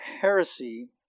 heresy